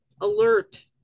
alert